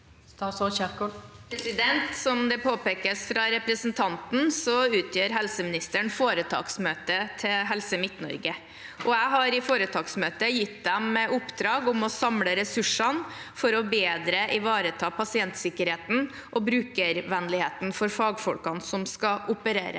Som det påpe- kes fra representanten, utgjør helseministeren foretaksmøtet til Helse Midt-Norge, og jeg har i foretaksmøtet gitt dem i oppdrag å samle ressursene for bedre å ivareta pasientsikkerheten og brukervennligheten for fagfolkene som skal operere